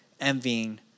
envying